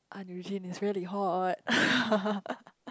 Ahn-Yujin is really hot